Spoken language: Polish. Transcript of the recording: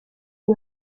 nie